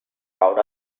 out